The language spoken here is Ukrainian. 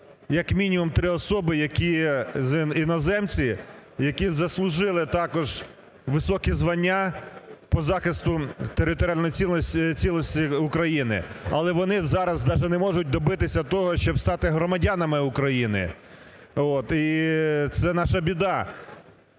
як мінімум три особи, які іноземці, які заслужили також високі звання по захисту територіальної цілісності України, але вони зараз даже не можуть добитися того, щоб стати громадянами України. І це наша біда.